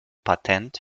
patent